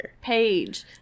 page